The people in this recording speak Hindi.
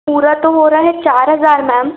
पूरा तो हो रहा है चार हज़ार मैम